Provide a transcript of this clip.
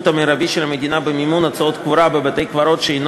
המרבי של המדינה במימון הוצאות קבורה בבית-קברות שאינו